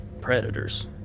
Predators